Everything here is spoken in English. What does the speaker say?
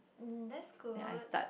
um that's good